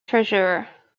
treasurer